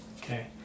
Okay